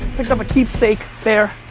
picked up a keep sake bear,